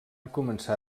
començar